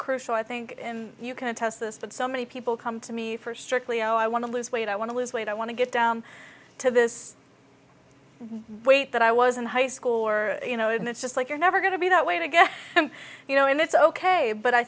crucial i think you can test this but so many people come to me for strictly i want to lose weight i want to lose weight i want to get down to this wait that i was in high school or you know and it's just like you're never going to be that way to get you know and that's ok but i